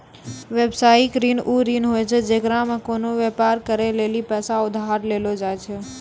व्यवसायिक ऋण उ ऋण होय छै जेकरा मे कोनो व्यापार करै लेली पैसा उधार लेलो जाय छै